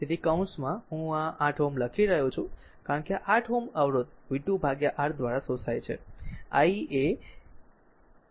તેથી કૌંસ માં હું આ 8 Ω લખી રહ્યો છું એટલે કે 8 Ω અવરોધ v2 ભાગ્યા R દ્વારા શોષાય છે